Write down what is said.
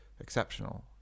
exceptional